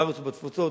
בארץ ובתפוצות,